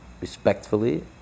respectfully